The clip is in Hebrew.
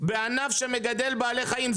בענף שמגדל בעלי חיים,